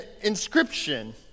inscription